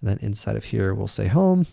and then, inside of here we'll say home